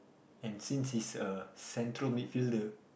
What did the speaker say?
and since he's a central midfielder